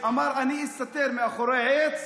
אמר: אני אסתתר מאחורי עץ